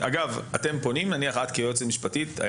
אם הגוף הוציא אפשר רק פי שלוש מההוצאה הספציפית.